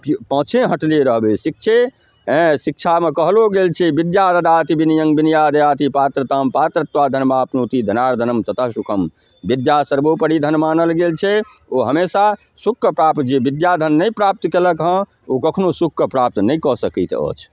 प पाछे हटले रहबै शिक्षे आइ शिक्षामे कहलो गेल छै विद्यां ददाति विनयं विनयाद् याति पात्रताम् पात्रत्वात् धनमाप्नोति धनात् धर्मं ततः सुखम् विद्या सर्वोपरि धन मानल गेल छै ओ हमेशा सुखके प्राप्त जे विद्या धन नहि प्राप्त कयलक हँ ओ कखनो सुखके प्राप्त नहि कऽ सकैत अछि